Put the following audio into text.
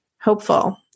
hopeful